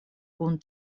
kun